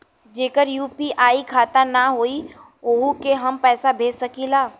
जेकर यू.पी.आई खाता ना होई वोहू के हम पैसा भेज सकीला?